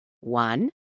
One